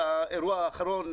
באירוע האחרון,